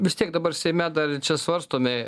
vis tiek dabar seime dar ir čia svarstomi